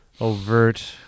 overt